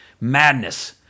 Madness